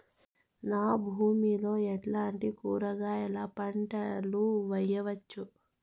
నా భూమి లో ఎట్లాంటి కూరగాయల పంటలు వేయవచ్చు?